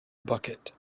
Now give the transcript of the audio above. bucket